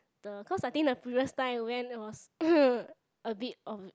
the cause I think the previous time I went was a bit of